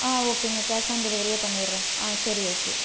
ஆ ஓகேங்க cash on டெலிவரியே பண்ணிடறேன் ஆ சரி ஓகே